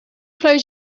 close